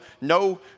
no